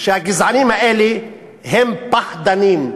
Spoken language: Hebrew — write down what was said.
שהגזענים האלה הם פחדנים.